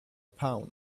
pound